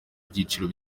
byiciro